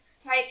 type